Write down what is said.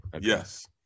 Yes